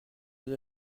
vous